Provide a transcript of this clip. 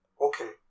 Okay